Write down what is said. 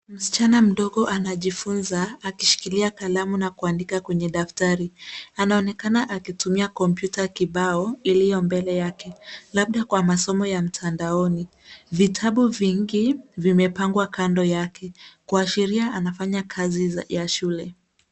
Msichana mdogo anajifunza akishikilia kalamu na kuandika kwenye daftari, anaonekana akitumia kompyuta kibao iliyo mbele yake labda kwa masomo ya mtandaoni. Vitabu vingi vimepangwa kando yake kuashiria anafanya kazi ya shule.